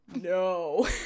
no